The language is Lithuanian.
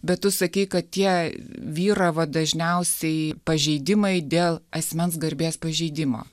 bet tu sakei kad tie vyravo dažniausiai pažeidimai dėl asmens garbės pažeidimo